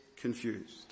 confused